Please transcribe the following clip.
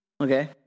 Okay